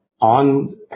on